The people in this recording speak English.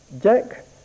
Jack